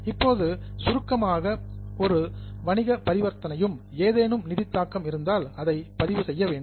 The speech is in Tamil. இப்போது சுருக்கமாக ஒவ்வொரு வணிக பரிவர்த்தனையும் ஏதேனும் நிதி தாக்கம் இருந்தால் அதை பதிவு செய்ய வேண்டும்